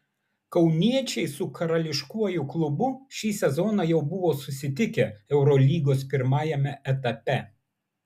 kauniečiai su karališkuoju klubu šį sezoną jau buvo susitikę eurolygos pirmajame etape